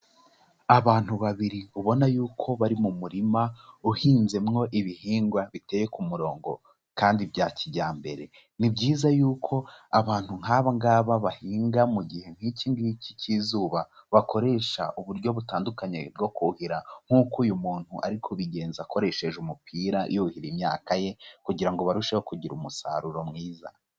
Abantu babiri ubona yuko bari mu murima uhinzemwo ibihingwa biteye ku murongo kandi bya kijyambere, ni byiza yuko abantu nk'aba ngaba bahinga mu gihe nk'iki ngiki k'izuba, bakoresha uburyo butandukanye bwo kuhira nk'uko uyu muntu ari kubigenza akoresheje umupira yuhira imyaka ye kugira ngo barusheho kugira umusaruro mwiza.